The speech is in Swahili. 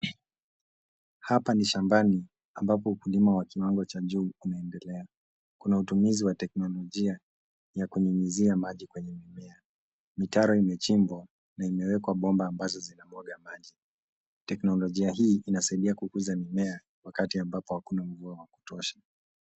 Hapa ni shambani ambapo ukulima wa kiwango cha juu unaendelea. Kuna utumizi wa teknolojia ya kunyunyuzia maji kwenye mimea. Mitaro imechimbwa na imewekwa bomba ambazo zinamwaga maji. Teknolojia hii inasaidia kukuza mimea wakati ambapo hakuna mvua wa kutosha.